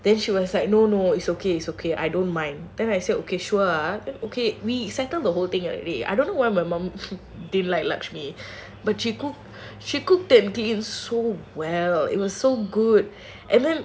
then she was like no no it's okay it's okay I don't mind then I said okay sure okay we settle the whole thing already I don't know why my mum didn't like lakshimi but she cooked she cooked and cleaned so well it was so good